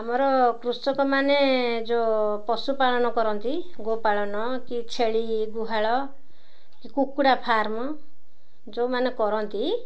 ଆମର କୃଷକମାନେ ଯୋଉ ପଶୁପାଳନ କରନ୍ତି ଗୋପାଳନ କି ଛେଳି ଗୁହାଳ କି କୁକୁଡ଼ା ଫାର୍ମ ଯୋଉମାନେ କରନ୍ତି